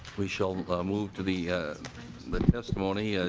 we shall move to the the testimony. ah